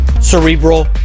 Cerebral